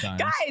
Guys